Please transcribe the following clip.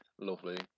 lovely